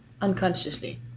Unconsciously